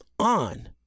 On